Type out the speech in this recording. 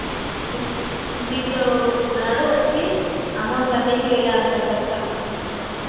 దీంతో నాడువచ్చి అమౌంట్ కట్టేసి వెళ్ళాలి సార్ ఖచ్చితంగా